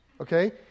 Okay